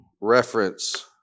reference